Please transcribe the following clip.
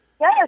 yes